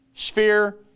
sphere